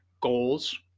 goals